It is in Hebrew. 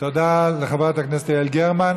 תודה לחברת הכנסת יעל גרמן.